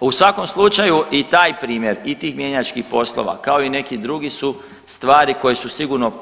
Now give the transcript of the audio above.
U svakom slučaju i taj primjer i tih mjenjačkih poslova kao i neki drugi su stvari koje su sigurno